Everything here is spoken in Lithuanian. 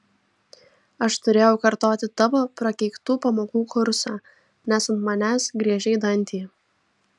aš turėjau kartoti tavo prakeiktų pamokų kursą nes ant manęs griežei dantį